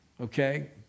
okay